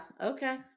Okay